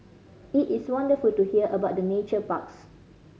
it is wonderful to hear about the nature parks